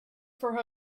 for